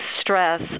stress